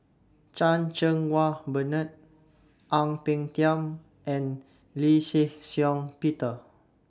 Chan Cheng Wah Bernard Ang Peng Tiam and Lee Shih Shiong Peter